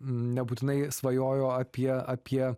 nebūtinai jie svajojo apie apie